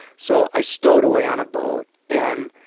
so i stowed away on a boat. and,